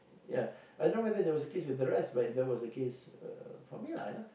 ya I don't know whether there was a case with the rest but that was the case for me lah